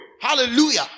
Hallelujah